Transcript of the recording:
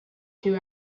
two